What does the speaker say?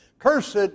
Cursed